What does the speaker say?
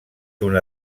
una